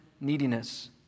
neediness